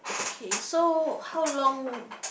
okay so how long